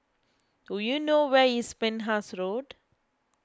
do you know where is Penhas Road